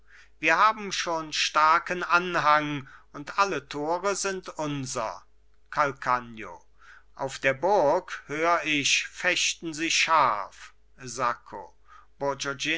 wir haben schon starken anhang und alle tore sind unser calcagno auf der burg hör ich fechten sie scharf sacco